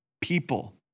people